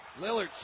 Lillard